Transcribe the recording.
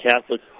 Catholic